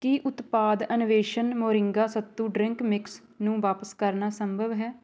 ਕੀ ਉਤਪਾਦ Anveshan moringa sattu drink mix ਨੂੰ ਵਾਪਸ ਕਰਨਾ ਸੰਭਵ ਹੈ